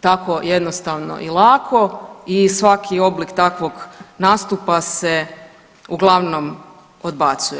tako jednostavno i lako i svaki oblik takvog nastupa se uglavnom odbacuje.